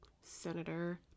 Senator